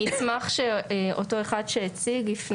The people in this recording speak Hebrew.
אני אשמח שאותו אחד שהציג, יפנה אליי.